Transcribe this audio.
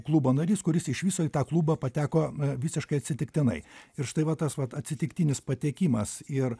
klubo narys kuris iš viso į tą klubą pateko visiškai atsitiktinai ir štai va tas vat atsitiktinis patekimas ir